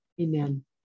Amen